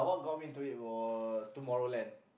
got me into it was Tomorrowland